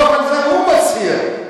זה הוא מצהיר.